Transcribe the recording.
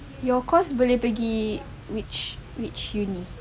your course boleh pergi which uni